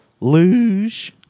luge